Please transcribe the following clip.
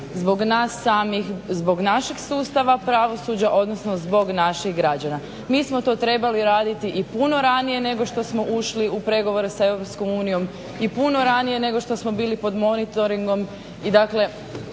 zbog nas samih, zbog našeg sustava pravosuđa, odnosno zbog naših građana. Mi smo to trebali raditi i puno ranije nego što smo ušli u pregovore sa EU i puno ranije nego što smo bili pod monitoringom